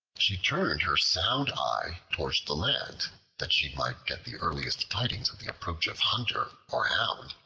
she turned her sound eye towards the land that she might get the earliest tidings of the approach of hunter or hound,